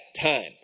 time